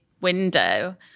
window